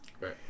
Right